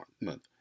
Month